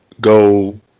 Go